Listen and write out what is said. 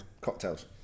cocktails